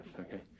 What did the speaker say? okay